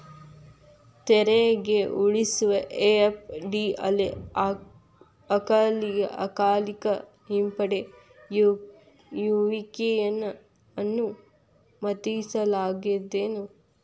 ತೆರಿಗೆ ಉಳಿಸುವ ಎಫ.ಡಿ ಅಲ್ಲೆ ಅಕಾಲಿಕ ಹಿಂಪಡೆಯುವಿಕೆಯನ್ನ ಅನುಮತಿಸಲಾಗೇದೆನು?